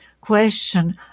question